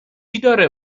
داره